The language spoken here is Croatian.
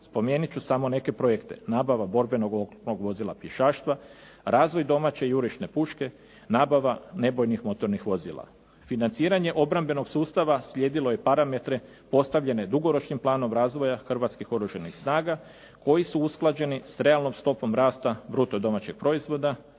Spomenut ću samo neke projekte. Nabava borbenog oklopnog pješaštva, razvoj domaće jurišne puške, nabava nebojnih motornih vozila. Financiranje obrambenog sustava slijedilo je parametre postavljene dugoročnim planom razvoja Hrvatskih oružanih snaga koji su usklađeni s realnom stopom rasta bruto domaćeg proizvoda